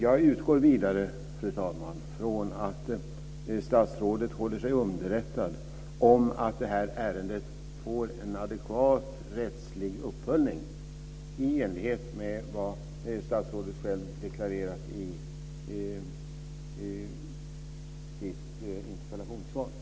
Jag utgår vidare från att statsrådet håller sig underrättad om att detta ärende får en adekvat rättslig uppföljning i enlighet med vad statsrådet själv deklarerat i sitt interpellationssvar.